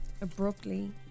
abruptly